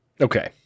Okay